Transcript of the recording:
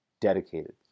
Dedicated